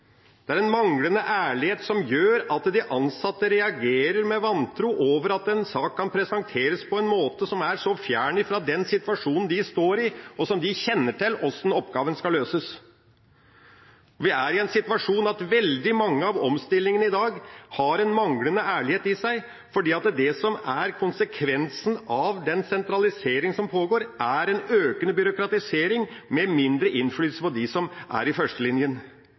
Det er en manglende ærlighet som gjør at de ansatte reagerer med vantro over at en sak kan presenteres på en måte som er så fjern fra den situasjonen de står i, og som de kjenner til hvordan skal løses. Vi er i en situasjon der veldig mange av omstillingene i dag har en manglende ærlighet i seg, for det som er konsekvensen av den sentraliseringen som pågår, er en økende byråkratisering med mindre innflytelse for dem som er i førstelinja. Det fører til at de som er i